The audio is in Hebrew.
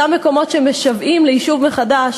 אותם מקומות שמשוועים ליישוב מחדש,